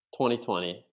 2020